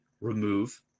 remove